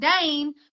dane